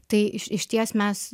tai iš išties mes